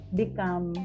become